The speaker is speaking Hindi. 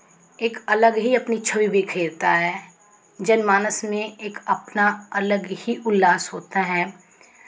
एक अलग ही अपनी छवि बिखेरता है जन मानस में एक अपना अलग ही उल्लास होता है